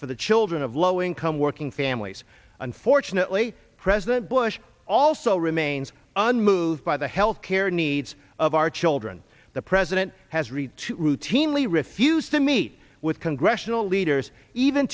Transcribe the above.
for the children of low income working families unfortunately president bush also remains unmoved by the health care needs of our children the present it has read to routinely refused to meet with congressional leaders even